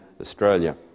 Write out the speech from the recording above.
Australia